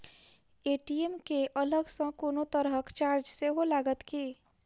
ATM केँ अलग सँ कोनो तरहक चार्ज सेहो लागत की?